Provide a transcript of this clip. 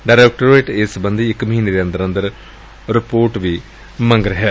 directorate ਨੇ ਇਸ ਸਬੰਧੀ ਇਕ ਮਹੀਨੇ ਦੇ ਅੰਦਰ ਅੰਦਰ ਰਿਪੋਰਟ ਵੀ ਮੰਗੀ ਗਈ ਏ